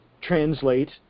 translate